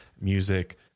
music